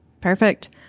Perfect